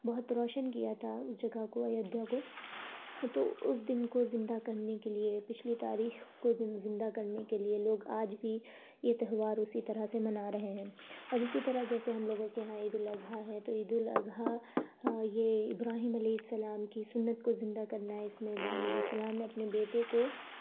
بہت روشن کیا تھا اس جگہ کو ایودھیا کو تو اس دن کو زندہ کرنے کے لیے پچھلی تاریخ کو زندہ کرنے کے لیے لوگ آج بھی یہ تہوار اسی طرح سے منا رہے ہیں اور اسی طرح جیسے ہم لوگوں کے یہاں عید الاضحیٰ ہے تو عید الاضحیٰ یہ ابراہیم علیہ السلام کی سنت کو زندہ کرنا ہے اس میں ابراہیم علیہ السلام نے اپنے بیٹے کو